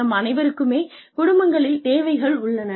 நம் அனைவருக்குமே குடும்பங்களில் தேவைகள் உள்ளன